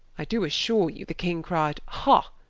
i do assure you, the king cry'de ha,